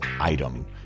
item